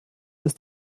ist